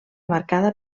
marcada